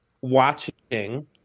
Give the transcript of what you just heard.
watching